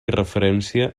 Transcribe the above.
referència